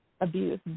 abuse